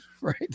right